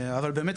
אבל באמת,